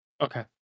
Okay